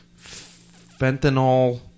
fentanyl